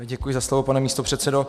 Děkuji za slovo, pane místopředsedo.